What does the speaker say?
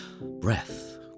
Breath